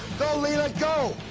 go leland, go.